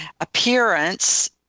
appearance